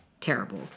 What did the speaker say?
Terrible